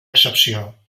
excepció